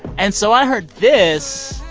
and so i heard this,